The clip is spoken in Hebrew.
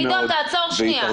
עידו, תעצור שנייה.